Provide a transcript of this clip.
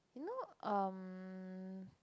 you know um